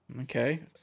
Okay